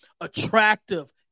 attractive